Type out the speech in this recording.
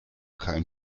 kein